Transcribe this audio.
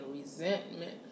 resentment